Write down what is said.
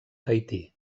tahití